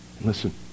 Listen